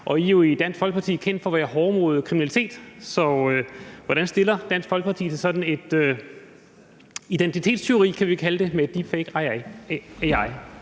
I er jo i Dansk Folkeparti kendt for at være hårde over for kriminalitet, så hvordan stiller Dansk Folkeparti sig til sådan et identitetstyveri, kan vi kalde det, med deepfake ved